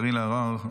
קארין אלהרר,